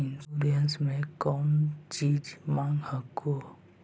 Insurance मे कौची माँग हको?